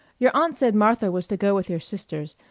your aunt said martha was to go with your sisters,